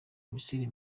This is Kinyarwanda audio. misiri